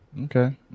Okay